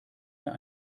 mehr